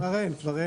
פעם,